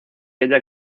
ella